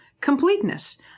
Completeness